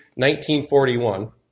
1941